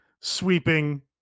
sweeping